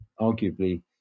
arguably